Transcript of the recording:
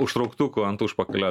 užtrauktuku ant užpakalio